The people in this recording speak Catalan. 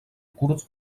curt